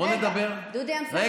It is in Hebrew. בואו נדבר, רגע.